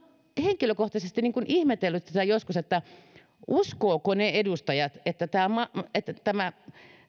henkilökohtaisesti ihmetellyt tätä joskus että uskovatko ne edustajat että